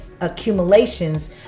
accumulations